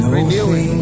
Renewing